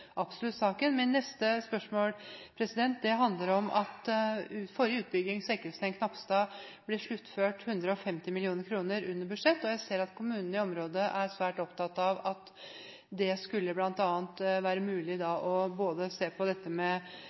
absolutt berørte saken. Men neste spørsmål handler om at forrige utbygging, Sekkelsten–Knapstad, ble sluttført 150 mill. kr under budsjett. Jeg ser at kommunene i området er svært opptatt av at det da bl.a. skulle være mulig å se på både dette med